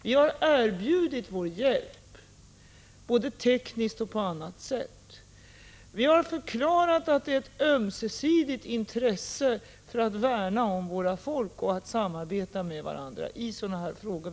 Vi har erbjudit vår hjälp, både teknisk hjälp och annan hjälp. Vi har förklarat att vi för att värna om våra folk har ett ömsesidigt intresse av att samarbeta med varandra i sådana här frågor.